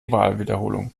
wahlwiederholung